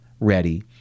ready